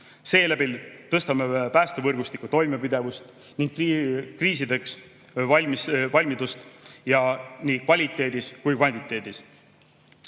Seeläbi tõstame päästevõrgustiku toimepidevust ning kriisivalmidust nii kvaliteedis kui ka kvantiteedis.